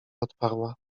odparła